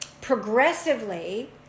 progressively